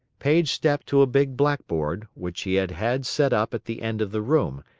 paige stepped to a big blackboard, which he had had set up at the end of the room,